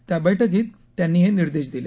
त्या बैठकीत त्यांनी हे निर्देश दिले